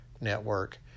network